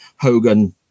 Hogan